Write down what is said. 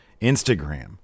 Instagram